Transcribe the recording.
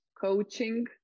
coaching